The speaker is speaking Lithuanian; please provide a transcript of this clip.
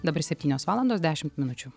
dabar septynios valandos dešimt minučių